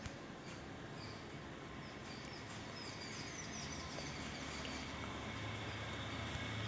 संत्र्याच्या बगीच्यामंदी आंतर पीक घ्याव का घेतलं च कोनचं घ्याव?